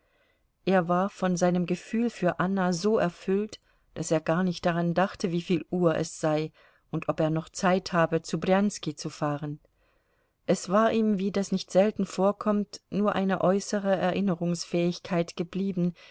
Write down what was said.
er war von seinem gefühl für anna so erfüllt daß er gar nicht daran dachte wieviel uhr es sei und ob er noch zeit habe zu brjanski zu fahren es war ihm wie das nicht selten vorkommt nur eine äußere erinnerungsfähigkeit geblieben